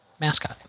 mascot